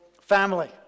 family